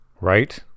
right